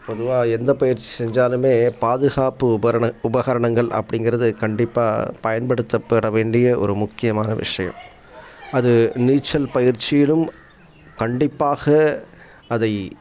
பொதுவாக எந்தப் பயிற்சி செஞ்சாலுமே பாதுகாப்பு உபரண உபகரணங்கள் அப்படிங்கறது கண்டிப்பாக பயன்படுத்தப்பட வேண்டிய ஒரு முக்கியமான விஷயம் அது நீச்சல் பயிற்சியிலும் கண்டிப்பாக அதை